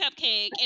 cupcake